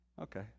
Okay